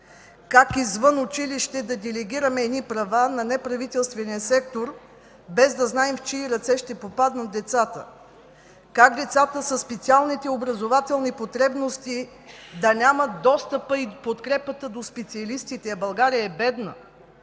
как извън училище да делегираме едни права на неправителствения сектор, без да знаем в чии ръце ще попаднат децата; как децата със специалните образователни потребности да нямат достъпа и подкрепата до специалистите, а България е бедна;